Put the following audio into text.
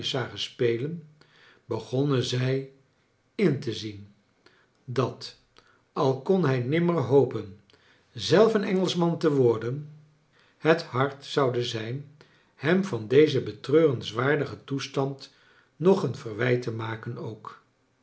zagen spelen begonnen zij in te zien dat al kon hij nimmer hopen zelf een engelschman te worden het hard zoude zijn hem van dezen betreurenswaardigen toestand nog een verwijt te maken ook